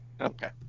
Okay